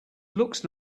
looks